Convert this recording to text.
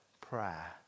prayer